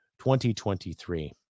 2023